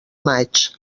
maig